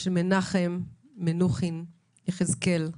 של מנחם מנוחין יחזקאל,